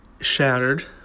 shattered